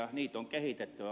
niitä on kehitettävä